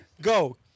Go